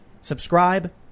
subscribe